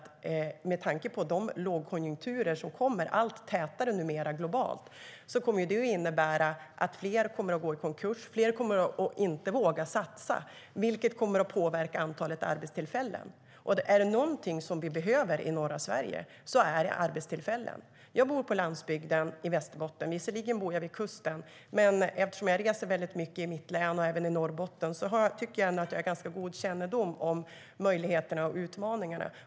Med tanke på de lågkonjunkturer som kommer allt tätare, globalt sett, är jag rädd att en skatt på 10 procent skulle innebära att fler skulle gå i konkurs och att allt färre skulle våga satsa, vilket skulle påverka antalet arbetstillfällen. Och om det är något som vi behöver i norra Sverige så är det arbetstillfällen. Jag bor på landsbygden i Västerbotten. Visserligen bor jag vid kusten, men eftersom jag reser mycket i mitt län och även i Norrbotten tycker jag ändå att jag har ganska god kännedom om möjligheterna och utmaningarna.